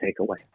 takeaway